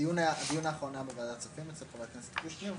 הדיון האחרון היה בוועדת כספים אצל חבר הכנסת קושניר.